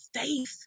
faith